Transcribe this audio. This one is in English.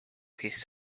his